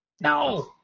No